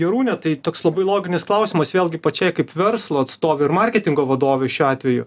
jarūne tai toks labai loginis klausimas vėlgi pačiai kaip verslo atstovei ir marketingo vadovei šiuo atveju